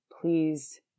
Please